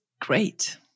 great